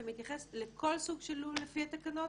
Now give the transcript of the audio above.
אתה מתייחס לכל סוג של לול לפי התקנות?